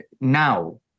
now